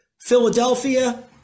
Philadelphia